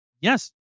yes